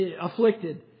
afflicted